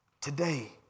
Today